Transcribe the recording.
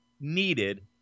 needed